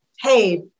hey